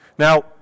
Now